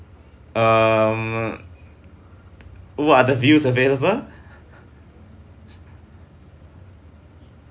um what are the views available